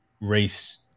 race